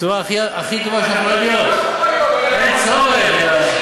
בצורה הכי טובה שיכולה להיות, אין צורך.